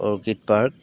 orchid park